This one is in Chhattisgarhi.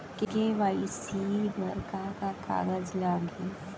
के.वाई.सी बर का का कागज लागही?